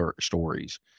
stories